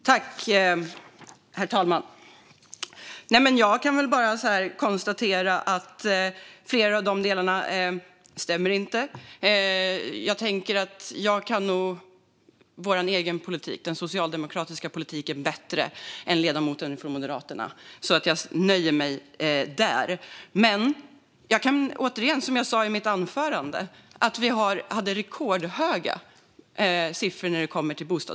Herr talman! Jag kan bara konstatera att flera av de delarna inte stämmer. Jag tänker att jag nog kan den socialdemokratiska politiken bättre än den moderata ledamoten, så jag nöjer mig där. Men som jag sa i mitt anförande: Vi hade rekordhöga siffror för bostadsbyggandet.